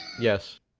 Yes